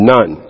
None